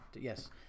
Yes